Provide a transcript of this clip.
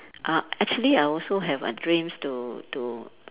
uh actually I also have a dreams to to